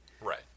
Right